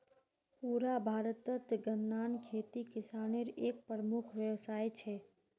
पुरा भारतत गन्नार खेती किसानेर एक प्रमुख व्यवसाय छे